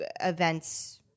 events